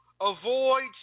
avoid